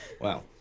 Wow